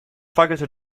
fackelte